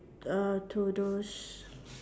uh to those